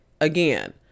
again